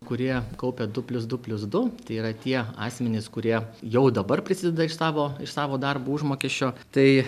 kurie kaupia du plius du plius du tai yra tie asmenys kurie jau dabar prisideda iš savo iš savo darbo užmokesčio tai